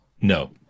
No